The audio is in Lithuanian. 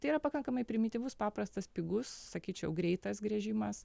tai yra pakankamai primityvus paprastas pigus sakyčiau greitas gręžimas